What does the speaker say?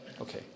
Okay